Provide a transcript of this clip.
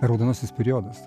raudonasis periodas